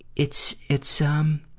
it's, it's, um,